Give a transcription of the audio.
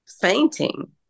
fainting